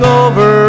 over